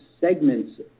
segments